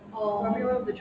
oh